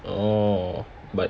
orh but